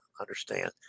understand